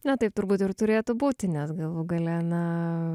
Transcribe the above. na taip turbūt ir turėtų būti nes galų gale na